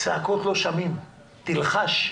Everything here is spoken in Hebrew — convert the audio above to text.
צעקות לא שומעים, תלחש,